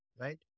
right